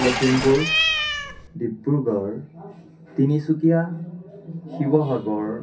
Lakhimpur Dibrugarh Tinsukia Sivasagar